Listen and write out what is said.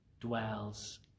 dwells